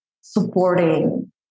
supporting